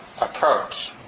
approach